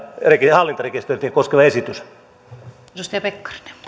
hallintarekisteröintiä koskeva esitys